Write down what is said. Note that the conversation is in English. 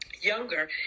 younger